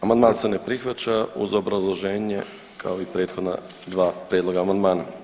Amandman se ne prihvaća uz obrazloženje kao i prethodna dva prijedloga amandmana.